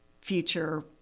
future